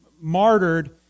martyred